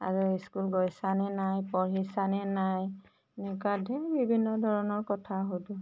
আৰু স্কুল গৈছা নে নাই পঢ়িছা নে নাই এনেকুৱা ধেৰ বিভিন্ন ধৰণৰ কথা সোধো